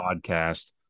podcast